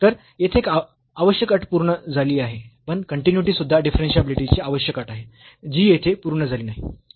तर येथे एक आवश्यक अट पूर्ण झाली आहे पण कन्टीन्यूइटी सुद्धा डिफरन्शियाबिलिटीची आवश्यक अट आहे जी येथे पूर्ण झाली नाही